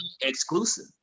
Exclusive